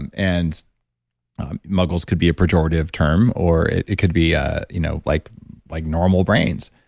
and and um muggles could be a pejorative term or it it could be a you know like like normal brains.